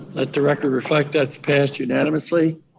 but the record reflect that's passed unanimously.